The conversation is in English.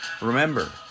Remember